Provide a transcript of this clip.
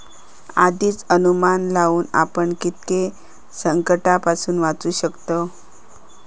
आधीच अनुमान लावुन आपण कित्येक संकंटांपासून वाचू शकतव